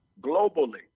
globally